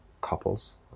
couples